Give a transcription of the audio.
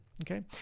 okay